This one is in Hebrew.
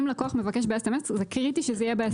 אם הלקוח מבקש ב-SMS, זה קריטי שזה יהיה ב-SMS.